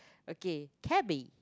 okay cabin